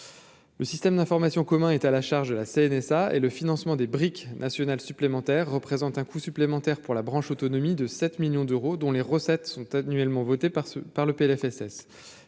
le système d'information commun est à la charge de la CNSA et le financement des briques national supplémentaire représente un coût supplémentaire pour la branche autonomie de 7 millions d'euros, dont les recettes sont annuellement votée par ce par